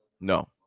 No